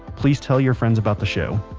please tell your friends about the show,